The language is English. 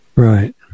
Right